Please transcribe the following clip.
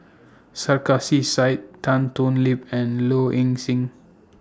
Sarkasi Said Tan Thoon Lip and Low Ing Sing